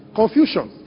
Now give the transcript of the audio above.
confusion